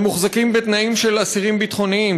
הם מוחזקים בתנאים של אסירים ביטחוניים,